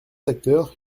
acteurs